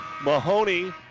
Mahoney